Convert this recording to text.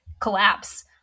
collapse